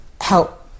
help